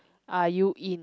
are you in